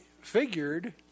figured